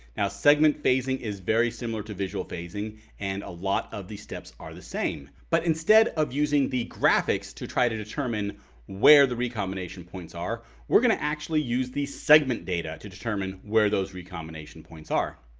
now, segment phasing is very similar to visual phasing and a lot of these steps are the same but instead of using the graphics to try to determine where the recombination points are, we're going to actually use these segment data to determine where those recombination points are.